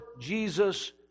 Jesus